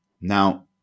Now